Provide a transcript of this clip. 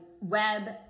web